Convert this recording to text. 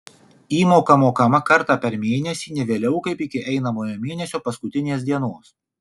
įmoka mokama kartą per mėnesį ne vėliau kaip iki einamojo mėnesio paskutinės dienos